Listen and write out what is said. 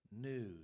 news